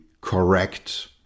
correct